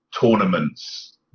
tournaments